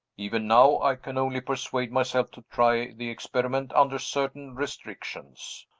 even now, i can only persuade myself to try the experiment under certain restrictions.